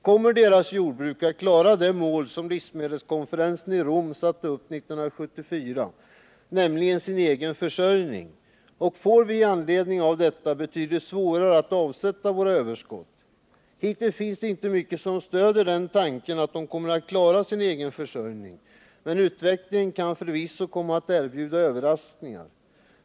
Kommer deras jordbruk att klara det mål som livsmedelkonferensen i Rom satte upp 1974, nämligen sin egen försörjning, och får vi i anledning av detta betydligt svårare att avsätta våra överskott? Hittills finns det inte mycket som stöder tanken att de kommer att klara sin försörjning, men utvecklingen kan förvisso erbjuda överraskningar.